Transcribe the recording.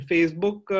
Facebook